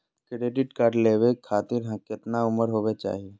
Credit card लेवे खातीर कतना उम्र होवे चाही?